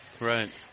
right